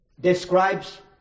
describes